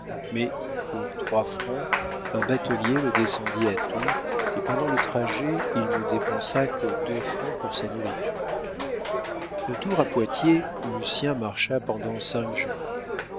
mais pour trois francs un batelier le descendit à tours et pendant le trajet il ne dépensa que deux francs pour sa nourriture de tours à poitiers lucien marcha pendant cinq jours